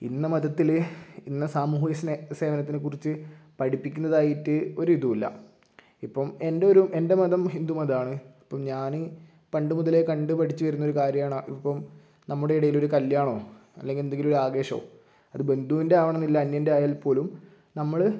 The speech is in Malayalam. ഇന്ന മതത്തിൽ ഇന്ന സാമൂഹിക സെ സേവനത്തെ കുറിച്ച് പഠിപ്പിക്കുന്നതായിട്ട് ഒരു ഇതുമില്ല ഇപ്പം എൻ്റെ ഒരു എൻ്റെ മതം ഹിന്ദു മതമാണ് ഇപ്പം ഞാൻ പണ്ടു മുതലേ കണ്ട് പഠിച്ച് വരുന്ന ഒരു കാര്യമാണ് ഇപ്പം നമ്മുടെ ഇടയിൽ ഒരു കല്യാണമോ അല്ലെങ്കിൽ എന്തെങ്കിലും ഒരു ആവേശമോ ഒരു ബന്ധുവിൻ്റെ ആവണമെന്നില്ല അന്യൻ്റെ അയാൽ പോലും നമ്മൾ